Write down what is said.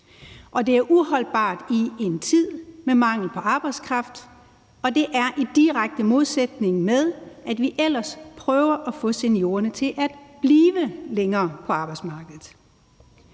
og det er uholdbart i en tid med mangel på arbejdskraft, og det er i direkte modsætning til, at vi ellers prøver at få seniorerne til at blive længere på arbejdsmarkedet.